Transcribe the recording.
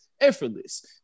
effortless